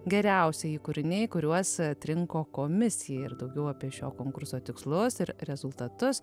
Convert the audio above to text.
geriausieji kūriniai kuriuos atrinko komisija ir daugiau apie šio konkurso tikslus ir rezultatus